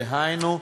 דהיינו,